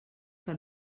que